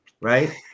right